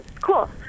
Cool